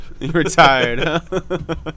Retired